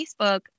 Facebook